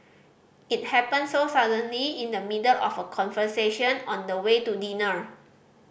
it happened so suddenly in the middle of a conversation on the way to dinner